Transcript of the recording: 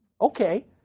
Okay